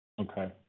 Okay